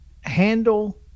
handle